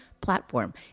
platform